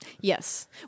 yes